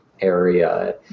area